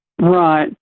Right